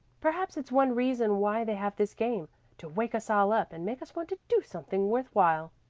perhaps it's one reason why they have this game to wake us all up and make us want to do something worth while.